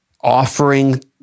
offering